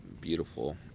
beautiful